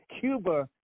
Cuba